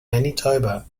manitoba